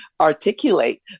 articulate